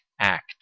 act